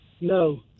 No